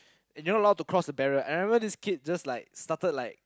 and you're not allowed to cross the barrier and I remember this kid just like started like